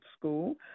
school